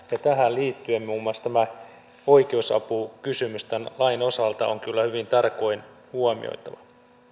tähän liittyen muun muassa tämä oikeusapukysymys tämän lain osalta on kyllä hyvin tarkoin huomioitava